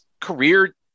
career